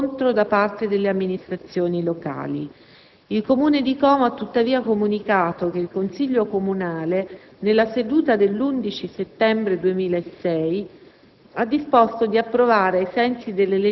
Ad oggi non è ancora pervenuto riscontro da parte delle amministrazioni locali.. Il Comune di Como ha tuttavia comunicato che il consiglio comunale, nella seduta dell'11 settembre 2006,